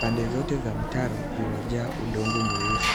Pande zote za mtaro umejaa udongo mweusi.